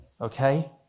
Okay